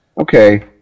Okay